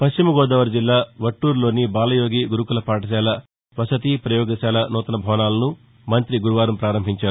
పశ్చిమగోదావరి జిల్లా వట్లూరులోని బాలయోగి గురుకుల పాఠశాల వసతి ప్రయోగశాల నూతన భవనాలను మంత్రి గురువారం ఆయన ప్రారంభించారు